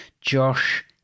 Josh